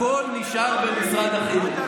הכול נשאר במשרד החינוך.